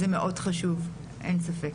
זה מאוד חשוב, אין ספק.